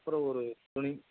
அப்புறம் ஒரு துணி